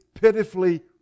pitifully